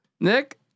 Nick